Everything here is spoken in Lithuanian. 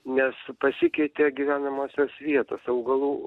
nes pasikeitė gyvenamosios vietos augalų